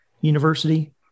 university